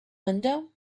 window